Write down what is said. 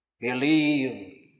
Believe